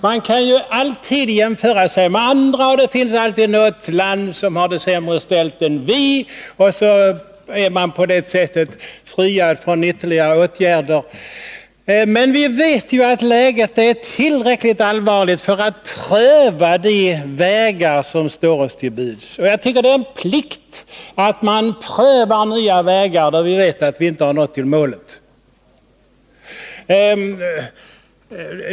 Man kan naturligtvis alltid jämföra sig med andra, och det finns ju alltid något land som har det sämre ställt än Sverige då känner man sig kanske friare och tycker att man slipper vidta åtgärder. Men vi vet att läget är tillräckligt allvarligt för att vi skall pröva de vägar som står oss till buds. Jag tycker det är en plikt att pröva nya vägar då vi vet att dem vi har prövat inte har lett till målet.